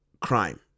crime